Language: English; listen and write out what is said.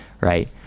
right